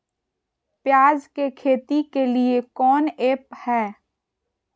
प्याज के खेती के लिए कौन ऐप हाय?